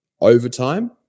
overtime